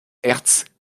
erst